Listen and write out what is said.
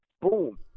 boom